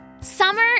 Summer